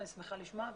אני שמחה לשמוע.